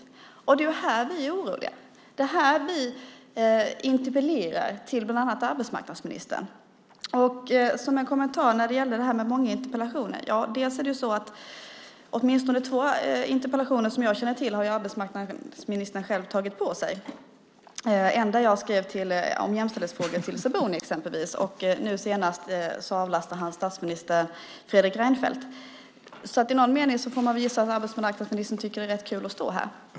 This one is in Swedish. Det är i detta sammanhang som vi är oroliga och interpellerar till bland andra arbetsmarknadsministern. Som en kommentar när det gäller detta med många interpellationer kan jag säga att åtminstone två interpellationer som jag känner till har arbetsmarknadsministern själv tagit på sig. Det gäller exempelvis en interpellation som jag skrev om jämställdhetsfrågor till statsrådet Sabuni, och nu senast avlastade arbetsmarknadsministern statsminister Fredrik Reinfeldt. I någon mening får man väl därför gissa att arbetsmarknadsministern tycker att det är rätt kul att stå här.